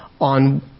on